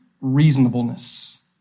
reasonableness